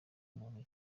muntu